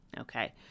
Okay